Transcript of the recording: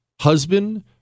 Husband